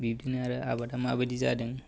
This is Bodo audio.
बिदिनो आरो आबादा माबायदि जादों